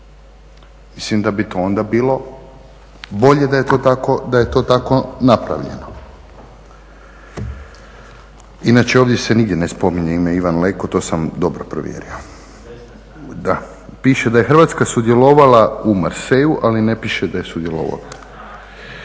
Mislim da bi to onda bilo bolje da je to tako napravljeno. Inače, ovdje se nigdje ne spominje ime Ivan Leko, to sam dobro provjerio. Da, piše da je Hrvatska sudjelovala u Marseilleu ali ne piše da je sudjelovao